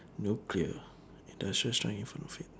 nuclear industrial strength in front of it